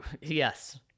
Yes